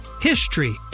HISTORY